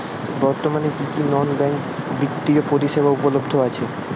বর্তমানে কী কী নন ব্যাঙ্ক বিত্তীয় পরিষেবা উপলব্ধ আছে?